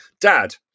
dad